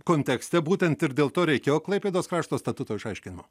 kontekste būtent ir dėl to reikėjo klaipėdos krašto statuto išaiškinimo